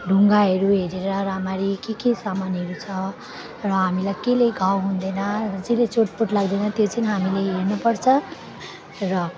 ढुङ्गाहरू हेरेर राम्ररी के के समानहरू छ र हामीलाई के ले घाउ हुँदैन जेले चोटपोट लाग्दैन त्यो चाहिँ हामीले हेर्नुपर्छ र